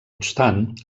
obstant